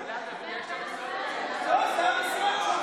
זה המשרד שלו,